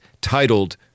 titled